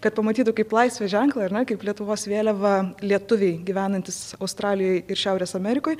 kad pamatytų kaip laisvės ženklą ar ne kaip lietuvos vėliavą lietuviai gyvenantys australijoj ir šiaurės amerikoj